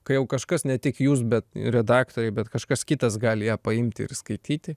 kai jau kažkas ne tik jūs bet redaktoriai bet kažkas kitas gali ją paimti ir skaityti